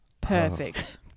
Perfect